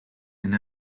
and